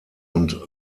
und